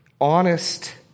honest